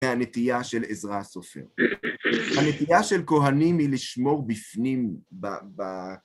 הנטייה של עזרה הסופר. הנטייה של כהנים היא לשמור בפנים